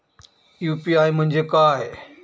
UPI म्हणजे काय?